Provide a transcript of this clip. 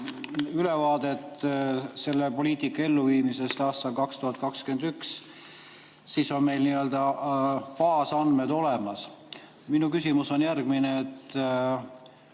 ülevaadet selle poliitika elluviimisest aastaks 2021, on meil n-ö baasandmed olemas. Minu küsimus on järgmine.